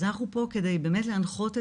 אז אנחנו פה קודם כל כדי להנחות,